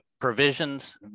provisions